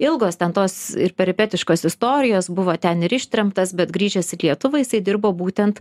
ilgos ten tos ir peripetiškos istorijos buvo ten ir ištremtas bet grįžęs į lietuvą jisai dirbo būtent